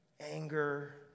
Anger